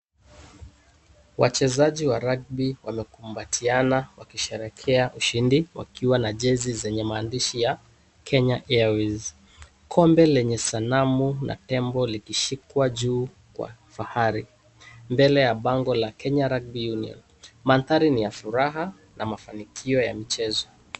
Wachezaji wa rugby (cs)wamekumbatiana wakisherehekea ushindi wakiwa na jezi zenye maandishi ya Kenya Airways ,kombe lenye sanamu na tembo likishikwa juu kwa kifahari ,mbele ya bango la Kenya Rugby Union, mandhari ni ya furaha na mafanikio ya michezo.